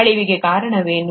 ಅಳಿವಿಗೆ ಕಾರಣವೇನು